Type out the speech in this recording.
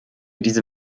diese